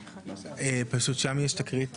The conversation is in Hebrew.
פשוט שם יש תקרית,